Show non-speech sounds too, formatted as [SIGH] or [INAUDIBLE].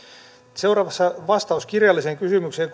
seuraavassa vastaus kirjalliseen kysymykseen [UNINTELLIGIBLE]